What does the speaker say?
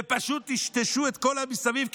ופשוט טשטשו את כל המסביב,